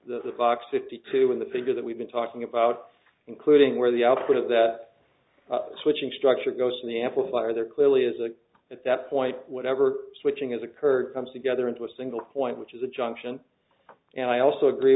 the box fifty two in the figure that we've been talking about including where the output of the switching structure goes from the amplifier there clearly is a at that point whatever switching has occurred comes together into a single point which is a junction and i also agree